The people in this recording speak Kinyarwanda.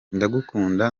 ndagukunda